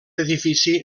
edifici